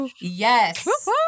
yes